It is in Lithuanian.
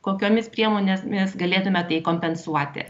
kokiomis priemonės mes galėtume tai kompensuoti